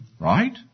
Right